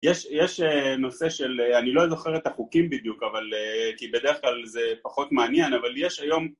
יש נושא של, אני לא זוכר את החוקים בדיוק, אבל כי בדרך כלל זה פחות מעניין, אבל יש היום